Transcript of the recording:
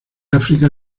áfrica